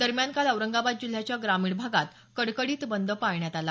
दरम्यान काल औरंगाबाद जिल्ह्याच्या ग्रामीण भागात कडकडीत बंद पाळण्यात आला